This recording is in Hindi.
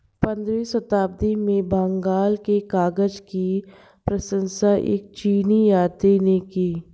पंद्रहवीं शताब्दी में बंगाल के कागज की प्रशंसा एक चीनी यात्री ने की